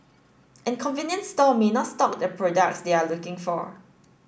and convenience stores may not stock the products they are looking for